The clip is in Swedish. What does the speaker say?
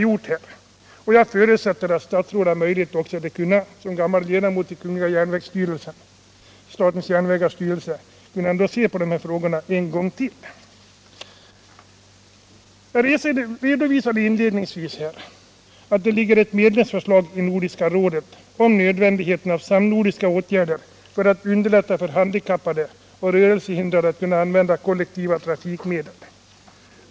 Jag förutsätter också att statsrådet som gammal ledamot av styrelsen för statens järnvägar skall kunna se på dessa frågor en gång till. Jag redovisade inledningsvis att det i Nordiska rådet ligger ett medlemsförslag, där man framhåller nödvändigheten av samnordiska åtgärder för att underlätta för handikappade och rörelsehindrade att använda kollektiva trafikmedel.